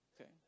Okay